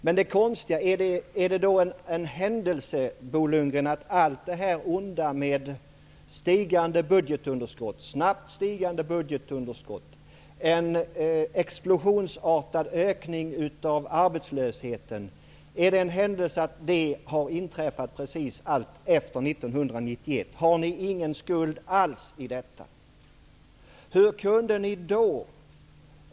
Är det då en händelse, Bo Lundgren, att allt detta onda med snabbt stigande budgetunderskott och en explosionsartad ökning av arbetslösheten har inträffat efter 1991? Har ni ingen skuld alls i detta?